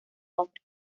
nombre